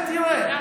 תיכנס ותראה.